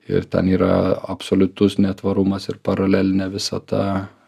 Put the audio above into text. ir ten yra absoliutus netvarumas ir paralelinė visata